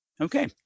Okay